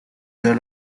the